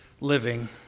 living